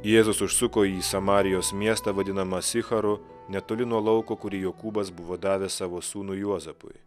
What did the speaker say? jėzus užsuko į samarijos miestą vadinamą sicharu netoli nuo lauko kurį jokūbas buvo davęs savo sūnui juozapui